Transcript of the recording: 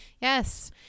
Yes